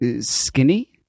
skinny